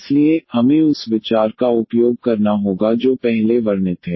इसलिए हमें उस विचार का उपयोग करना होगा जो पहले वर्णित है